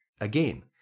again